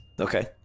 Okay